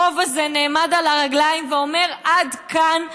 הרוב הזה נעמד על הרגליים ואומר: עד כאן.